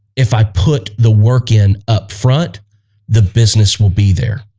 if i put the work in upfront the business will be there